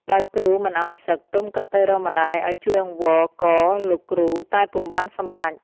ដោយគ្រូមិនឲ្យសឹកទុំក៏ទៅរកម្តាយឲ្យជួយអង្វរករលោកគ្រូតែពុំបានសម្រេច ។